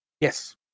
yes